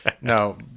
No